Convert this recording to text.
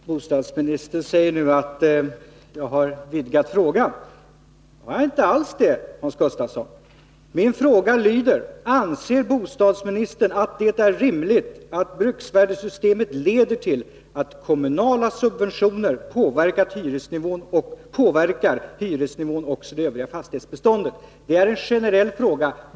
Herr talman! Bostadsministern säger nu att jag har vidgat frågan. Det har jag inte alls, Hans Gustafsson. Min fråga lyder: Anser bostadsministern att det är rimligt att bruksvärdessystemet leder till att kommunala subventioner påverkar hyresnivån också i det övriga fastighetsbeståndet? Det är en generell fråga.